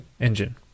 engine